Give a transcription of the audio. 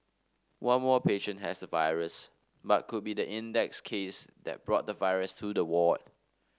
one more patient has the virus but could be the index case that brought the virus to the ward